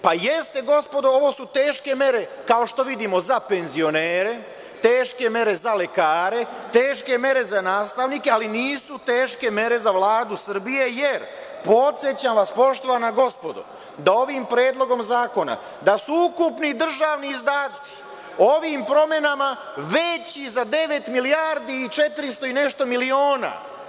Pa, jeste gospodo, ovo su teške mere, kao što vidimo, za penzionere, teške mere za lekare, teške mere za nastavnike, ali nisu teške mere za Vladu Srbije, jer, podsećam vas poštovana gospodo, da ovim Predlogom zakona da su ukupni državni izdaci ovim promenama veći za devet milijardi i četristo i nešto miliona.